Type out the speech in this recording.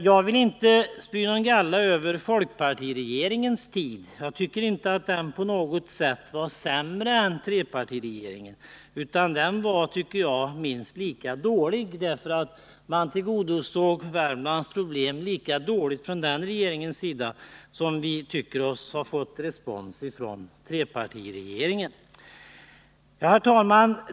Jag vill inte spy någon galla över folkpartiregeringen, ty jag tycker inte att Nr 26 denna på något sätt var sämre än trepartiregeringen. Jag tycker att den var Måndagen den minst lika dålig, därför att den tillgodosåg Värmlands behov lika dåligt som 12 november 1979 trepartiregeringen. Herr talman!